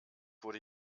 wurde